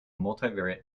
multivariate